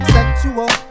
Sexual